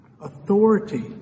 Authority